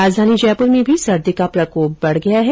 राजधानी जयपुर में भी सर्दी का प्रकोप बढ़ गया है